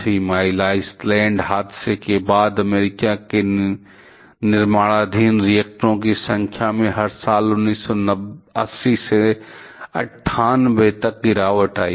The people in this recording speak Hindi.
थ्री माइल आईलैंड हादसे के बाद अमेरिका में निर्माणाधीन रिएक्टरों की संख्या में हर साल 1980 से 1998 तक गिरावट आई